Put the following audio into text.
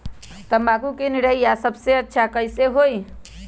तम्बाकू के निरैया सबसे अच्छा कई से होई?